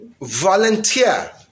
volunteer